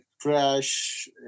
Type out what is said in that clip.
Crash